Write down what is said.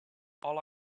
all